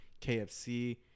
KFC